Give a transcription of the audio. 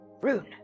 Rune